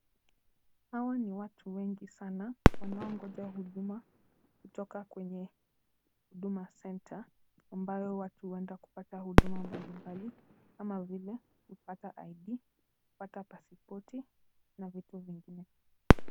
Hawa ni watu wengi sana wanaongoja huduma kutoka kwenye huduma centre, ambayo watu huenda kupata huduma mbali mbali kama vile kupata ID , kupata pasipoti na vitu vingine.